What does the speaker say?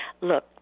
look